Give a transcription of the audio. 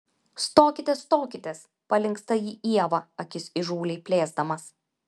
stokitės stokitės palinksta į ievą akis įžūliai plėsdamas